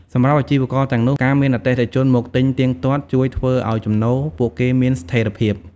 សម្រាប់អាជីវករទាំងនោះ ការមានអតិថិជនមកទិញទៀងទាត់ ជួយធ្វើឱ្យចំណូលពួកគេមានស្ថេរភាព។